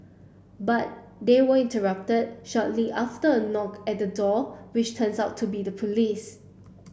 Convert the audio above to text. but they were interrupted shortly after a knock at the door which turns out to be the police